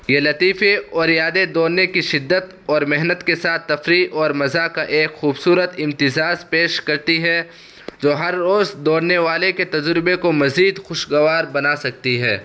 یہ لطیفے اور یادیں دوڑنے کی شدت اور محنت کے ساتھ تفریح اور مزاح کا ایک خوبصورت امتزاز پیش کرتی ہے جو ہر روز دوڑنے والے کے تجربے کو مزید خوشگوار بنا سکتی ہے